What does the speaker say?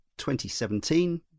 2017